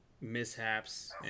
mishaps